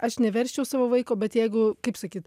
aš neversčiau savo vaiko bet jeigu kaip sakyt